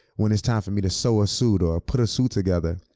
when it's time for me to sew a suit or put a suit together,